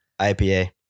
IPA